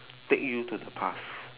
take you to the past